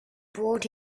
brought